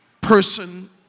person